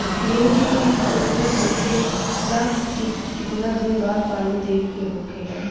गेहूँ के बिज अंकुरित होखेला के कितना दिन बाद पानी देवे के होखेला?